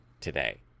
today